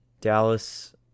Dallas